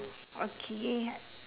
okay